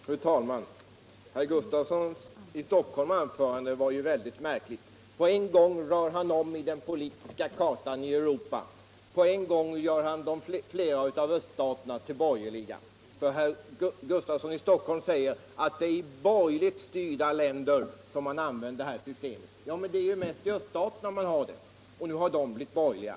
Fru talman! Herr Gustafssons i Stockholm anförande var väldigt märkligt. På en gång rör han om i den politiska kartan för Europa, på en gång gör han flera av öststaterna till borgerliga. Han säger att det är i borgerligt styrda länder som man använder det här systemet. Men det är ju mest i öststaterna man har det, herr Gustafsson. Nu har de blivit borgerliga!